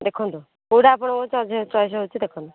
ଦେଖନ୍ତୁ କେଉଁଟା ଆପଣଙ୍କୁ ଚଏସ୍ ହେଉଛି ଦେଖନ୍ତୁ